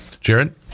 Jared